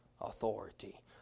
authority